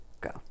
Go